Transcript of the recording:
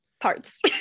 Parts